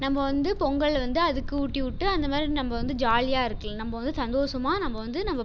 நம்ம வந்து பொங்கல் வந்து அதுக்கு ஊட்டிவிட்டு அந்தமாதிரி நம்ம வந்து ஜாலியாக இருக்கலாம் நம்ம வந்து சந்தோஷமா நம்ம வந்து நம்ம